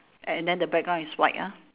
and then the background is white ah